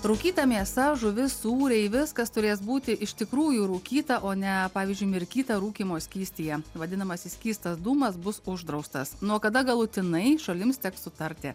rūkyta mėsa žuvis sūriai viskas turės būti iš tikrųjų rūkyta o ne pavyzdžiui mirkyta rūkymo skystyje vadinamasis skystas dūmas bus uždraustas nuo kada galutinai šalims teks sutarti